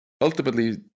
ultimately